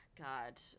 god